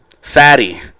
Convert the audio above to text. fatty